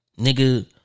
Nigga